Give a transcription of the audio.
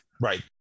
Right